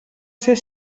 ser